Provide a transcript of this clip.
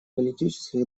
политических